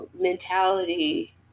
mentality